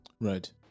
Right